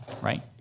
right